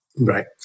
Right